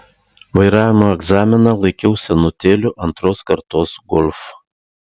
vairavimo egzaminą laikiau senutėliu antros kartos golf